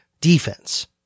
defense